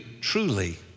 truly